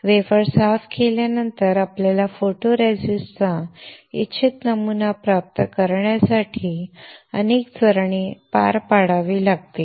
wafer साफ केल्यानंतर आपल्याला फोटोरेसिस्टचा इच्छित नमुना प्राप्त करण्यासाठी अनेक चरणे पार पाडावी लागतील